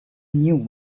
new